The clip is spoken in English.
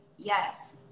Yes